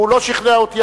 הוא לא שכנע אותי,